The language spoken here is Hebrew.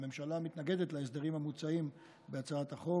והממשלה מתנגדת להסדרים המוצעים בהצעת החוק.